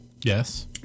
Yes